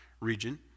region